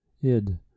Id